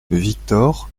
victor